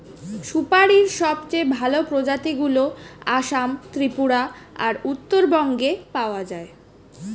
সুপারীর সবচেয়ে ভালো প্রজাতিগুলো আসাম, ত্রিপুরা আর উত্তরবঙ্গে পাওয়া যায়